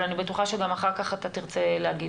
אבל אני בטוחה שגם אחר כך אתה תרצה להגיד,